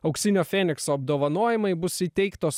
auksinio fenikso apdovanojimai bus įteiktos